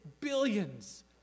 billions